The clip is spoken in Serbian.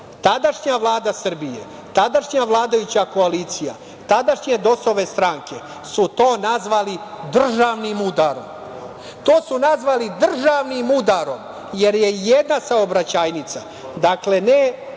Tadašnja Vlada Srbije, tadašnja vladajuća koalicija, tadašnje DOS-ove stranke su to nazvali državnim udarom. To su nazvali državnim udarom, jer je jedna saobraćajnica, dakle ne